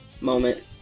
moment